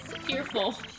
fearful